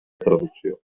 traducció